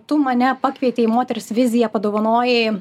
tu mane pakvietei į moters viziją padovanojai